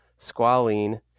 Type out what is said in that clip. squalene